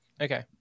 okay